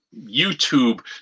YouTube